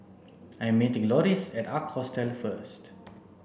I'm meeting Loris at Ark Hostel first